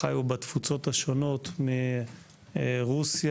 חיו בתפוצות השונות רוסיה,